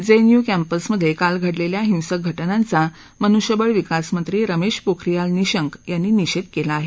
JNU कँपसमध्ये काल घडलेल्या हिंसक घटनांचा मनुष्यबळ विकास मंत्री रमेश पोखऱियाल निशंक यांनी निषेध केला आहे